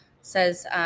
says